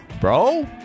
bro